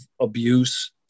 abuse